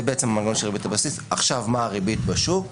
זה בעצם המנגנון של ריבית הבסיס עכשיו מה הריבית בשוק,